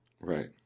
Right